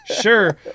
sure